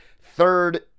third